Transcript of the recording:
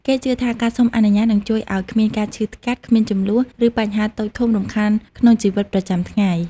គេជឿថា ការសុំអនុញ្ញាតនឹងជួយឲ្យគ្មានការឈឺថ្កាត់ គ្មានជម្លោះ ឬបញ្ហាតូចធំរំខានក្នុងជីវិតប្រចាំថ្ងៃ។